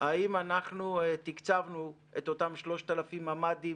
אם אנחנו תקצבנו את אותם 3,000 ממ"דים,